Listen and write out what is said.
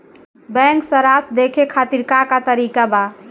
Bank सराश देखे खातिर का का तरीका बा?